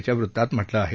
च्या वृत्तात म्हटलं आहे